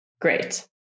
Great